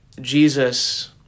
Jesus